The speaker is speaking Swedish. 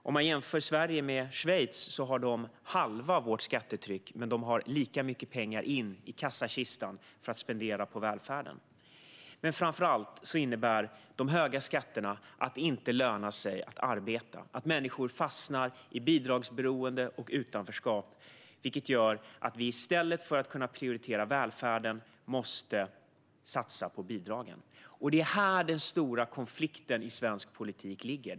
Vi kan jämföra Sverige med Schweiz, som har halva vårt skattetryck men får lika mycket pengar in i kassakistan att spendera på välfärden. För det tredje - och framför allt - innebär de höga skatterna att det inte lönar sig att arbeta och att människor fastnar i bidragsberoende och utanförskap, vilket gör att vi i stället för att kunna prioritera välfärden måste satsa på bidragen. Det är här den stora konflikten i svensk politik ligger.